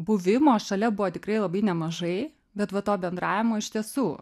buvimo šalia buvo tikrai labai nemažai bet va to bendravimo iš tiesų